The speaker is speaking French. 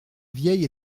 vieille